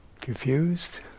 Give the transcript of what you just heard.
confused